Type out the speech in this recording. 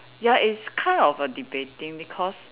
ya it's kind of a debating because